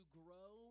grow